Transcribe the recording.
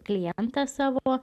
klientą savo